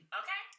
okay